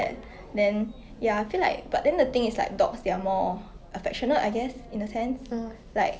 mm